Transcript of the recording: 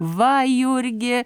va jurgi